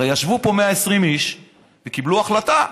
הרי ישבו פה 120 איש וקיבלו החלטה,